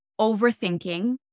overthinking